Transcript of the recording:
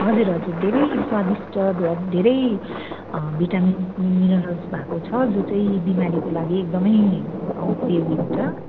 हजुर हजुर धेरै स्वादिष्ट धेरै भिटामिन मिनिरल्स भएको छ जो चाहिँ बिमारीको लागि एकदमै उपयोगी हुन्छ